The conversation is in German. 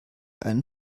einen